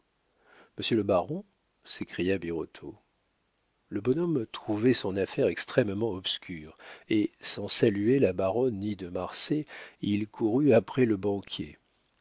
monsieur le baron s'écria birotteau le bonhomme trouvait son affaire extrêmement obscure et sans saluer la baronne ni de marsay il courut après le banquier